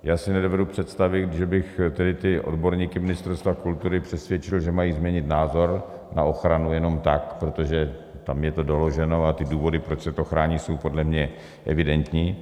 Já si nedovedu představit, že bych tedy ty odborníky Ministerstva kultury přesvědčil, že mají změnit názor na ochranu jenom tak, protože tam je to doloženo a ty důvody, proč se to chrání, jsou podle mě evidentní.